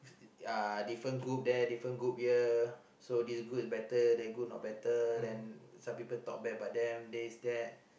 ya different group there different group here so this group is better that group not better then some people talk bad about them there is that